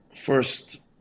first